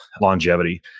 longevity